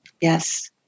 Yes